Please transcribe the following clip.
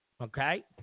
Okay